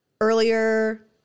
Earlier